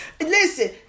Listen